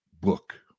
book